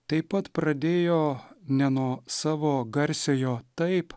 taip pat pradėjo ne nuo savo garsiojo taip